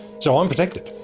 so i'm protected.